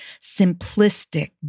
simplistic